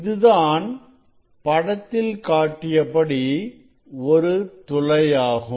இதுதான் படத்தில் காட்டியபடி ஒரு துளையாகும்